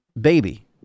baby